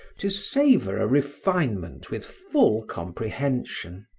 to savor a refinement with full comprehension.